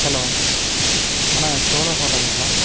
hello அண்ணா சோலா ஹோட்டலுங்களா